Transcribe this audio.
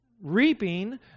reaping